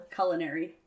culinary